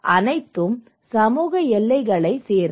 அனைத்தும் சமூக எல்லைகளைச் சேர்ந்தவை